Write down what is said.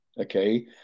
Okay